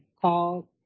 called